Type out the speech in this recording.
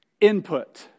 Input